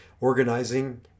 organizing